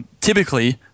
typically